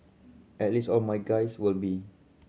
at least all my guys will be